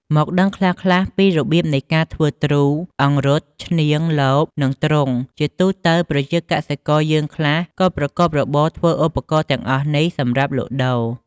មកដឹងខ្លះៗពីរបៀបនៃការធ្វើទ្រូង អង្រុត ឈ្នាង លប និងទ្រុងជាទូទៅប្រជាកសិករយើងខ្លះក៏ប្រកបរបរធ្វើឧបករណ៍ទាំងអស់នេះសម្រាប់លក់ដូរ។